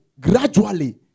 Gradually